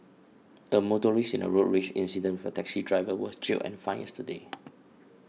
the motorist in a road rage incident with a taxi driver was jailed and fined yesterday